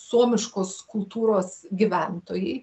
suomiškos kultūros gyventojai